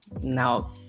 now